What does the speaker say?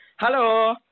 Hello